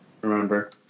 Remember